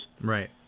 Right